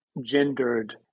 gendered